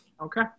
Okay